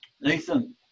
Nathan